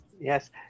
Yes